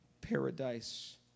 paradise